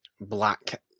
Black